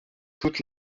toutes